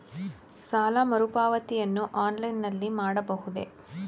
ಸಾಲ ಮರುಪಾವತಿಯನ್ನು ಆನ್ಲೈನ್ ನಲ್ಲಿ ಮಾಡಬಹುದೇ?